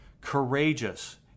Courageous